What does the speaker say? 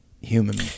Human